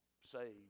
saved